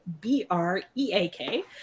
b-r-e-a-k